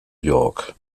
york